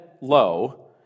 low